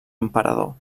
emperador